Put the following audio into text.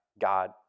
God